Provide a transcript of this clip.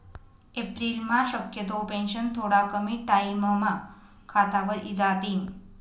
एप्रिलम्हा शक्यतो पेंशन थोडा कमी टाईमम्हा खातावर इजातीन